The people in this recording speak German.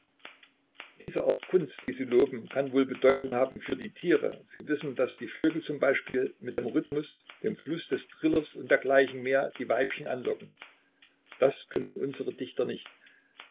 diese art kunst die sie loben kann wohl bedeutung haben für die tiere sie wissen daß die vögel zum beispiel mit dem rhythmus dem fluß des trillers und dergleichen mehr die weibchen anlocken das können unsere dichter nicht